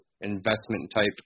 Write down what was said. investment-type